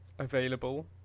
Available